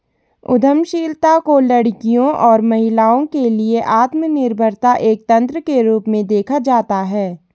उद्यमशीलता को लड़कियों और महिलाओं के लिए आत्मनिर्भरता एक तंत्र के रूप में देखा जाता है